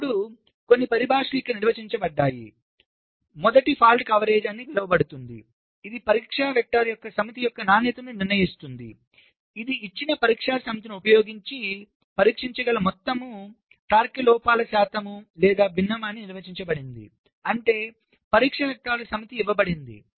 ఇప్పుడు కొన్ని పరిభాషలు ఇక్కడ నిర్వచించబడ్డాయి మొదటిది తప్పు కవరేజ్ అని పిలువబడుతుందిఇది పరీక్ష వెక్టర్స్ సమితి యొక్క నాణ్యతను నిర్ణయిస్తుంది ఇది ఇచ్చిన పరీక్షా సమితిని ఉపయోగించి పరీక్షించగల మొత్తం తార్కిక లోపాల శాతం లేదా భిన్నం అని నిర్వచించబడిందిఅంటే పరీక్ష వెక్టర్ల సమితి ఇవ్వబడింది